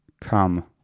come